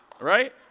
right